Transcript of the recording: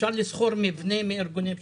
אפשר לשכור מבנה מארגוני פשיעה.